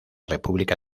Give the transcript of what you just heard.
república